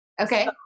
Okay